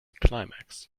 climax